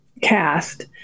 cast